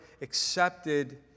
accepted